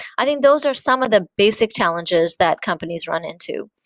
i think those are some of the basic challenges that companies run into.